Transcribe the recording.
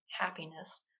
happiness